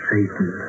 Satan